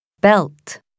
belt